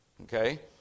okay